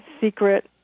secret